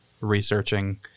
researching